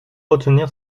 retenir